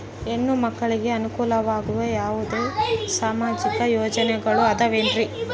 ಹೆಣ್ಣು ಮಕ್ಕಳಿಗೆ ಅನುಕೂಲವಾಗುವ ಯಾವುದೇ ಸಾಮಾಜಿಕ ಯೋಜನೆಗಳು ಅದವೇನ್ರಿ?